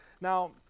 Now